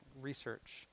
research